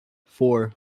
four